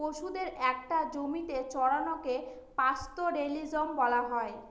পশুদের একটা জমিতে চড়ানোকে পাস্তোরেলিজম বলা হয়